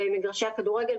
במגרשי הכדורגל,